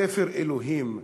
ספר אלוהים,